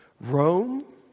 Rome